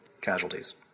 casualties